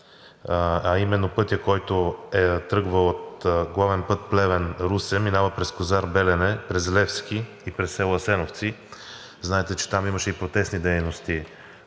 а именно пътят, който тръгва от главен път Плевен – Русе, минава през Козар Белене, през гр. Левски и през село Асеновци. Знаете, че там имаше и протестни дейности